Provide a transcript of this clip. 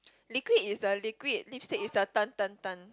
liquid is the liquid lipstick is the turn turn turn